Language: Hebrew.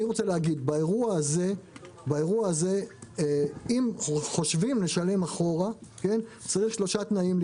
באירוע הזה אם חושבים לשלם רטרואקטיבית צריכים לקרות שלושה תנאים: